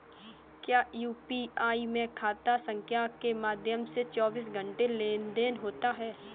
क्या यू.पी.आई में खाता संख्या के माध्यम से चौबीस घंटे लेनदन होता है?